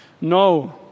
No